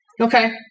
Okay